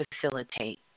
facilitate